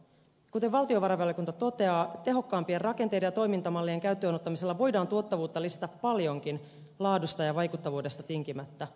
kuten valtiovarainvaliokunta toteaa tehokkaampien rakenteiden ja toimintamallien käyttöön ottamisella voidaan tuottavuutta lisätä paljonkin laadusta ja vaikuttavuudesta tinkimättä